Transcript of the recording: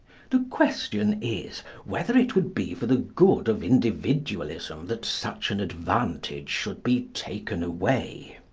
the question is whether it would be for the good of individualism that such an advantage should be taken away.